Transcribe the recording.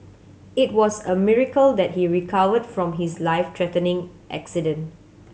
it was a miracle that he recovered from his life threatening accident